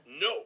No